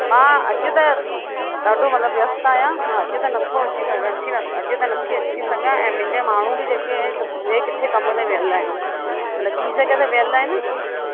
मां अॼु त ॾाढो मतिलब व्यस्तु आहियां मां अॼु त नथो अची सघां अची अॼु त नथी अची सघां ऐं मुंहिंजा माण्हू बि जेके आहे ॿिए किथे कम में वियल आहिनि मतिलब ॿी जॻह ते वियल आहिनि